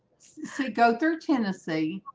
see go through, tennessee